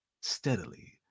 steadily